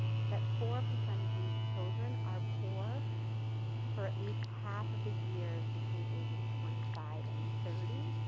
that four percent of these children are poor for at least half of the years between ages twenty five and thirty,